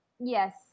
yes